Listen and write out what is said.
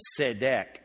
Sedek